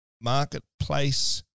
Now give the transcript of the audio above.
marketplace